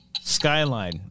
Skyline